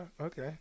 okay